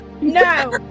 No